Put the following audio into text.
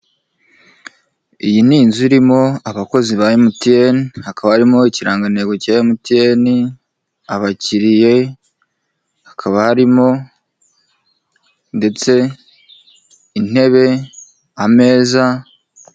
Iyi ni inzu irimo abakozi ba emutiyeni hakaba harimo ikirangantego cya emutiyeni abakiriyakaba, harimo ndetse intebe na ameza.